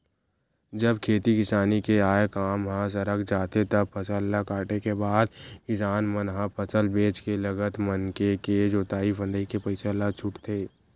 जब खेती किसानी के आय काम ह सरक जाथे तब फसल ल काटे के बाद किसान मन ह फसल बेंच के लगत मनके के जोंतई फंदई के पइसा ल छूटथे